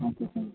okay ma'am